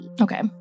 Okay